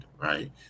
right